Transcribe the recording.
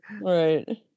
right